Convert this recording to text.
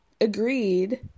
agreed